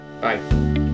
Bye